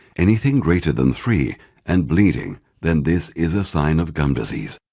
anything greater than three and bleeding then this is a sign of gum disease.